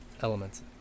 elements